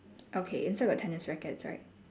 okay inside got tennis rackets right